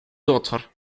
daughter